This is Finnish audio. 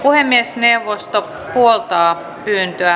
puhemiesneuvosto puoltaa pyyntöä